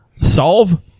solve